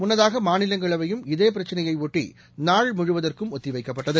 முன்னதாக மாநிலங்களவையும் இதேபிரச்சினையைஒட்டிநாள் முழுவதற்கும் ஒத்திவைக்கப்பட்டது